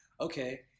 okay